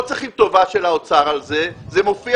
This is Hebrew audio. לא צריכים טובה של האוצר אלא זה מופיע